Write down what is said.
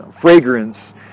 fragrance